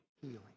healing